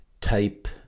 type